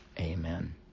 amen